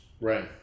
Right